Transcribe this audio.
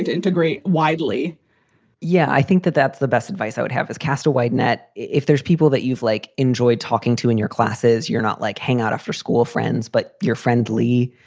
integrate widely yeah. i think that that's the best advice i would have is cast a wide net. if there's people that you've like, enjoy talking to in your classes, you're not like hang out for school friends but you're friendly.